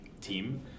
team